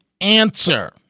answer